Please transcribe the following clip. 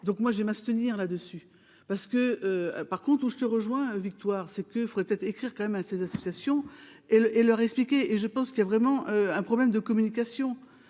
donc moi j'aime à se tenir là-dessus parce que, par contre, où je te rejoins victoire c'est que faudrait écrire quand même à ces associations et et leur expliquer et je pense qu'il y a vraiment un problème de communication,